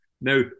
Now